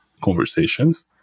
conversations